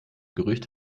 gerücht